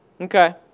Okay